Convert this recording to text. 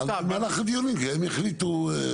אבל באותו מסמך שתיארתי לך,